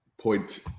point